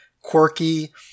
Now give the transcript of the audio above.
quirky